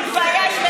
תתבייש לך.